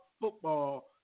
football